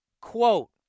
Quote